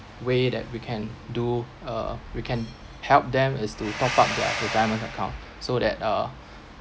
way that we can do uh we can help them is to top up their retirement account so that uh